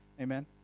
Amen